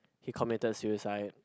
he committed suicide